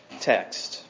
text